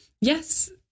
yes